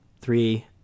three